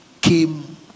Came